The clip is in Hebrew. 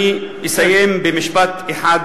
אני אסיים במשפט אחד,